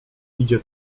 idzie